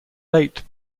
late